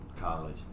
college